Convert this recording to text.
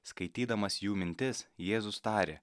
skaitydamas jų mintis jėzus tarė